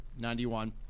91